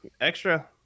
extra